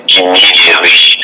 immediately